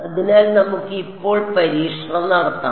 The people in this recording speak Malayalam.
അതിനാൽ നമുക്ക് ഇപ്പോൾ പരീക്ഷണം നടത്താം